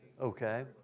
Okay